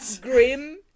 grim